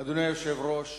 אדוני היושב-ראש,